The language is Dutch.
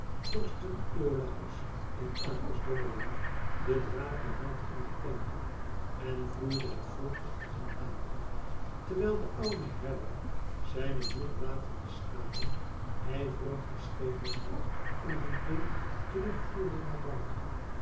torsten iolàos en argos jongelingen den drakehuid in den tempel en vloeide het volk achter hen aan terwijl de oude herder zijne moê blatende schapen ijverig de schepershond om hen heen terug voerde naar buiten